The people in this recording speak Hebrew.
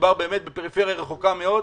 מדובר באמת בפריפריה רחוקה מאוד.